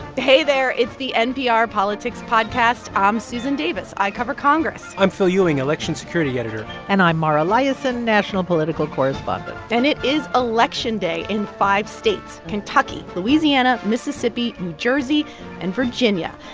hey there. it's the npr politics podcast i'm um susan davis. i cover congress i'm phil ewing, election security editor and i'm mara liasson, national political correspondent and it is election day in five states kentucky, louisiana, mississippi, new jersey and virginia.